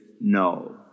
no